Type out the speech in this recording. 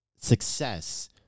success